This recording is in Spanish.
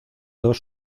dos